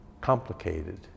complicated